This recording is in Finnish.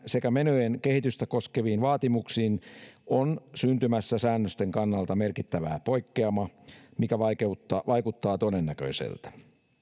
sekä menojen kehitystä koskeviin vaatimuksiin on syntymässä säännösten kannalta merkittävä poikkeama mikä vaikuttaa vaikuttaa todennäköiseltä